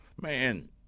man